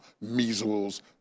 measles